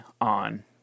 on